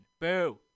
Boo